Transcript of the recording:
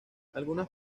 algunas